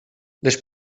les